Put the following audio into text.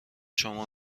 شما